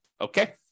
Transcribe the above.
okay